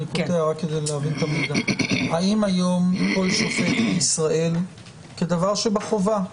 לצורך כך ולצורך זיהוי המצבים האלה